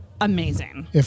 amazing